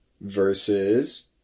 versus